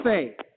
faith